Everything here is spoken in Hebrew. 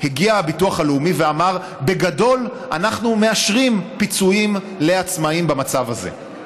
הגיע הביטוח הלאומי ואמר: בגדול אנחנו מאשרים פיצויים לעצמאים במצב הזה.